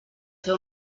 fer